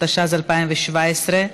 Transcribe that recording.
התשע"ז 2017,